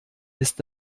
ist